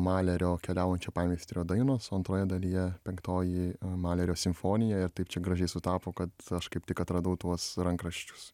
malerio keliaujančio pameistrio dainos o antroje dalyje penktoji malerio simfonija ir taip gražiai sutapo kad aš kaip tik atradau tuos rankraščius